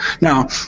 Now